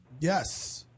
Yes